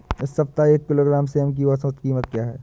इस सप्ताह एक किलोग्राम सेम की औसत कीमत क्या है?